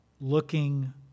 looking